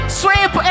sweep